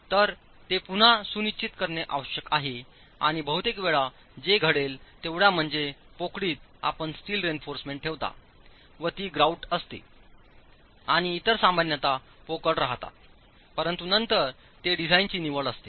तर हे पुन्हा सुनिश्चित करणे आवश्यक आहे आणि बहुतेक वेळा जे घडेल तेवढ्या म्हणजे पोकळीत आपण स्टील रेइन्फॉर्समेंट ठेवता व ती ग्रउट असते आणि इतर सामान्यत पोकळ राहतात परंतु नंतर ते डिझाइनची निवड असते